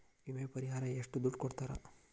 ವಿಮೆ ಪರಿಹಾರ ಎಷ್ಟ ದುಡ್ಡ ಕೊಡ್ತಾರ?